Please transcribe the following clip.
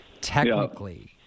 technically